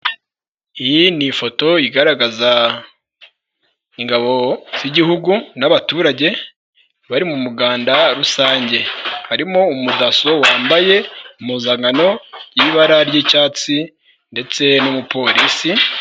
Iyi ni ifoto igaragaza ingabo z'igihugu n'abaturage, bari mu muganda rusange. Harimo umu dasso wambaye impuzankano y'ibara ry'icyatsi ndetse n'umupolisi.